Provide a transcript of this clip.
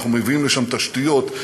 אנחנו מביאים לשם תשתיות,